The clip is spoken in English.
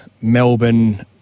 Melbourne